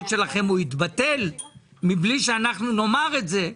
שלכם הוא יתבטל מבלי שאנחנו נאמר את זה,